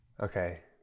Okay